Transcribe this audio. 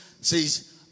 says